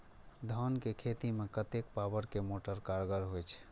धान के खेती में कतेक पावर के मोटर कारगर होई छै?